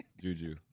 Juju